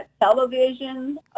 Television